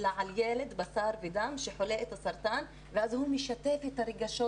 אלא על ילד בשר ודם שחולה בסרטן ואז הוא משתף ברגשות